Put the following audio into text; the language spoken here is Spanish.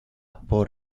por